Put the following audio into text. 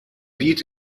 beat